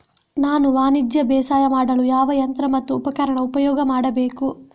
ನಾನು ವಾಣಿಜ್ಯ ಬೇಸಾಯ ಮಾಡಲು ಯಾವ ಯಂತ್ರ ಮತ್ತು ಉಪಕರಣ ಉಪಯೋಗ ಮಾಡಬೇಕು?